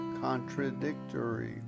contradictory